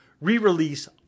re-release